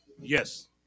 Yes